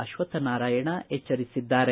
ಅಶ್ವತ್ಥನಾರಾಯಣ ಎಚ್ಚರಿಸಿದ್ದಾರೆ